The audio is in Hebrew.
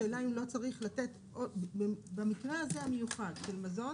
השאלה אם במקרה הזה המיוחד של מזון